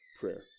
prayer